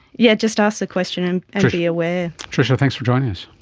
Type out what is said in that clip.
yeah just ask the question and be aware. tricia, thanks for joining us.